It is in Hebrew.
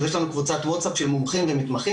אז יש לנו קבוצת וואטסאפ של מומחים ומתמחים,